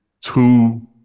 two